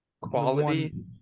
quality